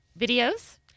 videos